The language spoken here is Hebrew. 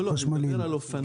אני לא מדבר על אופניים.